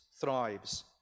thrives